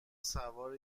سوار